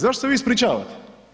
Zašto se vi ispričavate?